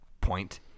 point